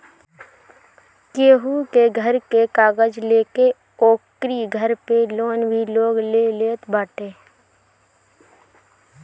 केहू के घर के कागज लेके ओकरी घर पे लोन भी लोग ले लेत बाटे